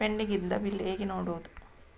Pending ಇದ್ದ bill ಹೇಗೆ ನೋಡುವುದು?